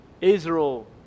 Israel